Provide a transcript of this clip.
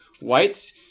whites